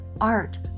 art